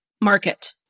market